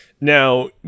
Now